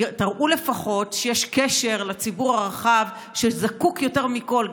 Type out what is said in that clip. תראו לפחות שיש קשר לציבור הרחב שזקוק יותר מכול.